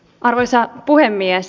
arvoisa puhemies